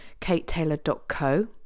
KateTaylor.co